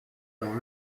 dans